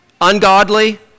ungodly